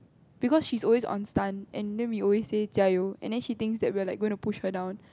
because she is always on stunned and then we always says 加油: jia you and then she thinks that we're going to push her down